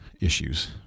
issues